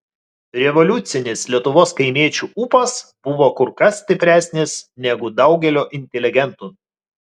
revoliucinis lietuvos kaimiečių ūpas buvo kur kas stipresnis negu daugelio inteligentų